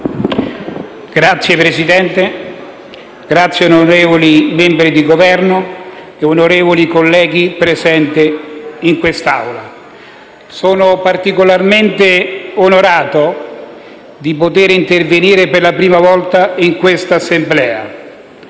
Signor Presidente, onorevoli membri del Governo, onorevoli colleghi presenti in quest'Aula, sono particolarmente onorato di poter intervenire per la prima volta in questa Assemblea